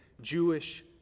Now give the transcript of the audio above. Jewish